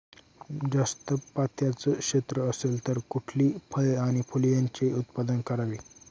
जास्त पात्याचं क्षेत्र असेल तर कुठली फळे आणि फूले यांचे उत्पादन करावे?